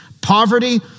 poverty